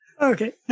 Okay